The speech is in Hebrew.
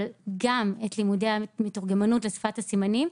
אבל גם את לימודי המתורגמנות לשפת הסימנים.